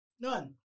None